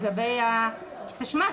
לגבי תשמ"ש